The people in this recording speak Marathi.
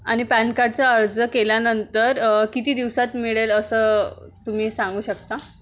आणि पॅन कार्डचं अर्ज केल्यानंतर किती दिवसात मिळेल असं तुम्ही सांगू शकता